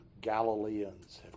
Galileans